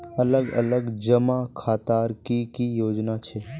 अलग अलग जमा खातार की की योजना छे?